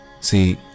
see